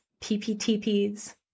PPTPs